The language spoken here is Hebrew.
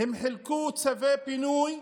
הם חילקו צווי פינוי,